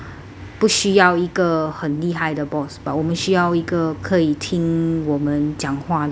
不需要一个很厉害的 boss but 我们需要一个可以听我们讲话的 boss